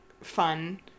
fun